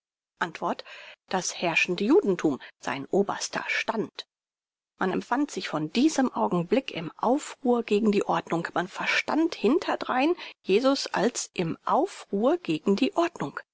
antwort das herrschende judentum sein oberster stand man empfand sich von diesem augenblick im aufruhr gegen die ordnung man verstand hinterdrein jesus als im aufruhr gegen die ordnung